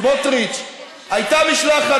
סמוטריץ: הייתה משלחת,